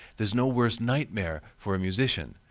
there is no worst nightmare for a musician.